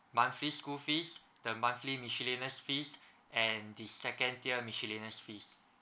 monthly school fees the monthly miscellaneous fees and the second tier miscellaneous fees